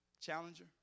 Challenger